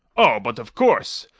oh, but of course!